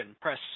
press